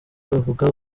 bavuga